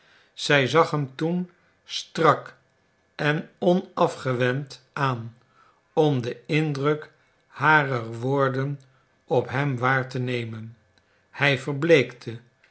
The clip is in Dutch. zij zag hem toen strak en onafgewend aan om den indruk harer woorden op hem waar te nemen hij verbleekte